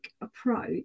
approach